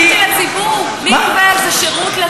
אני, אבל מקווה זה שירות לציבור.